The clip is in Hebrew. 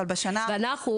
אם אינני טועה.